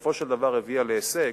שבסופו של דבר הביאה להישג,